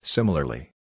Similarly